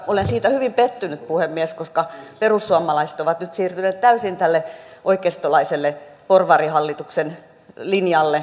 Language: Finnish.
olen siitä hyvin pettynyt puhemies että perussuomalaiset ovat nyt siirtyneet täysin tälle oikeistolaiselle porvarihallituksen linjalle